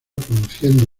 produciendo